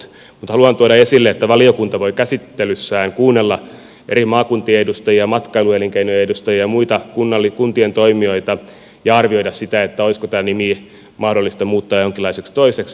mutta haluan tuoda esille että valiokunta voi käsittelyssään kuunnella eri maakuntien edustajia matkailuelinkeinojen edustajia ja muita kuntien toimijoita ja arvioida sitä olisiko tämä nimi mahdollista muuttaa jonkinlaiseksi toiseksi